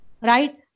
right